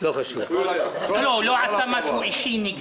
הוא לא עשה משהו אישי נגדי.